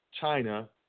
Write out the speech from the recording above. China